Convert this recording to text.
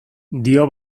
dio